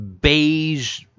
beige